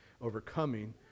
overcoming